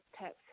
tips